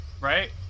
right